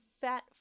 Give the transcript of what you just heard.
fat